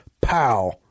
pow